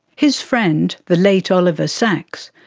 his friend, the late oliver sacks,